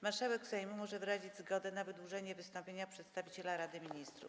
Marszałek Sejmu może wyrazić zgodę na wydłużenie wystąpienia przedstawiciela Rady Ministrów.